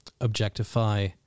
objectify